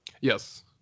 Yes